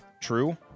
True